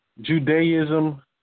Judaism